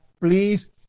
please